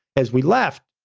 as we left,